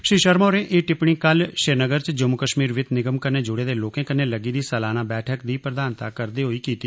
श्री शर्मा होरें एह टिप्पणी कल श्रीनगर च जम्मू कश्मीर वित्त निगम कन्नै जुड़े दे लोके कन्नै लग्गी दी सालाना बैठक दी प्रधानता करदे होई कीती